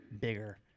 bigger